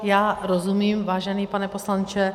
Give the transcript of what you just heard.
Já rozumím, vážený pane poslanče.